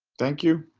thank you.